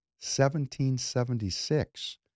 1776